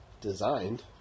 designed